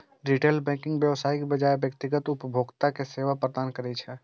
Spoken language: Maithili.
रिटेल बैंकिंग व्यवसायक बजाय व्यक्तिगत उपभोक्ता कें सेवा प्रदान करै छै